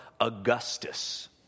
Augustus